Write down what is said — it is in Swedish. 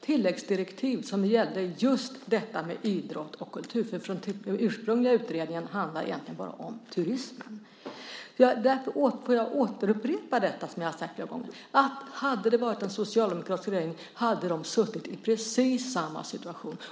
Tilläggsdirektivet gällde just detta med idrott och kultur, för den ursprungliga utredningen handlade egentligen bara om turismen. Därför vill jag återupprepa det som jag har sagt tidigare, att om det hade varit en socialdemokratisk regering hade de suttit i precis samma situation.